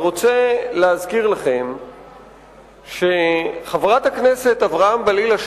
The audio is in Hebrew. ורוצה להזכיר לכם שחברת הכנסת אברהם-בלילא,